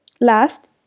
Last